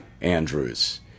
Andrews